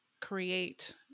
create